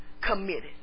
committed